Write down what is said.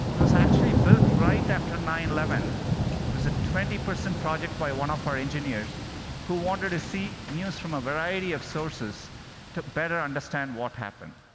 it was actually built right after nine eleven. it was a twenty person project by one of our engineers who wanted to see news from a variety of sources to better understand what happened.